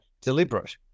deliberate